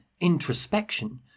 introspection